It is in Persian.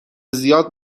زیاد